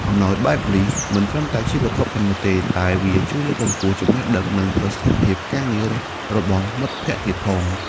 អំណោយបែបនេះមិនត្រឹមតែជាវត្ថុប៉ុណ្ណោះទេ តែវាជួយលើកកម្ពស់ចំណេះដឹង និងប្រសិទ្ធភាពការងាររបស់មិត្តភក្តិទៀតផង។